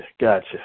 Gotcha